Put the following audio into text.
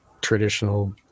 traditional